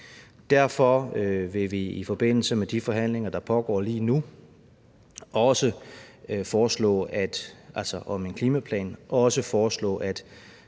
Derfor vil vi i forbindelse med de forhandlinger, der pågår lige nu om en klimaplan,